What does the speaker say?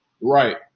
Right